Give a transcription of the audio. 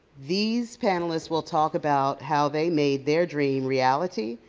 these panelists will talk about how they made their dream reality,